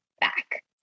back